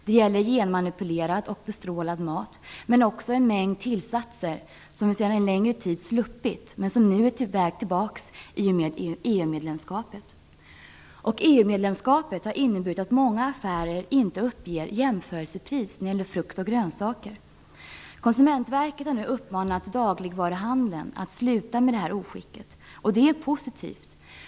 Det gäller genmanipulerad och bestrålad mat, men också en mängd tillsatser som vi sedan en längre tid sluppit, men som nu är på väg tillbaks i och med EU-medlemskapet. EU-medlemskapet har inneburit att många affärer inte uppger jämförelsepris när det gäller frukt och grönsaker. Konsumentverket har nu uppmanat dagligvaruhandeln att sluta med detta oskick, och det är positivt.